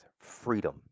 freedom